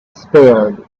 spared